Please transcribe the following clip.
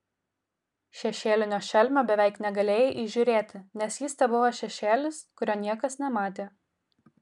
šešėlinio šelmio beveik negalėjai įžiūrėti nes jis tebuvo šešėlis kurio niekas nematė